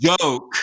joke